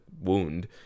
wound